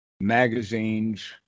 magazines